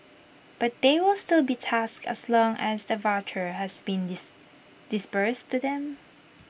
but they will still be taxed as long as the voucher has been dis disbursed to them